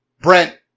Brent